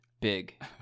big